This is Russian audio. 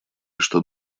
что